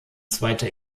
zweiter